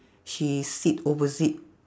she sit opposite